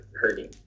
hurting